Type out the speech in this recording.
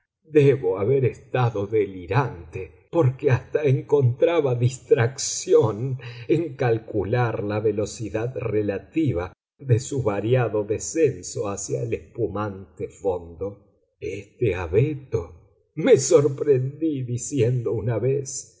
debo haber estado delirante porque hasta encontraba distracción en calcular la velocidad relativa de su variado descenso hacia el espumante fondo este abeto me sorprendí diciendo una